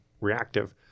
reactive